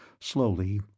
Slowly